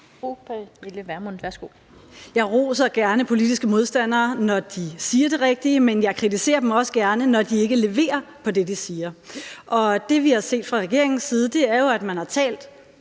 Jeg roser gerne politiske modstandere, når de siger det rigtige, men jeg kritiserer dem også gerne, når de ikke leverer på det, de siger. Og det, vi har set fra regeringens side, er jo, at man har talt